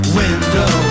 window